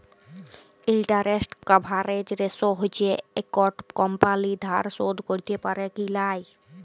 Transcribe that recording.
interest coverage ratio হচ্যে একট কমপালি ধার শোধ ক্যরতে প্যারে কি লায়